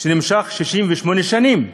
שנמשך 68 שנים?